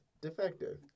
defective